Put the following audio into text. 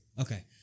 Okay